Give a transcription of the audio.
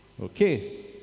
Okay